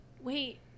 Wait